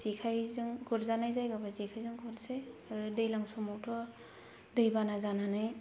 जेखायजों गुरजानाय जायोबा जेखायजों गुरनोसै आरो दैलां समावथ' दैबाना जानानै